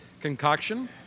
concoction